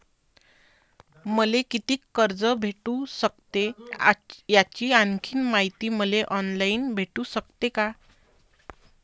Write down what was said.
मले कितीक कर्ज भेटू सकते, याची आणखीन मायती मले ऑनलाईन भेटू सकते का?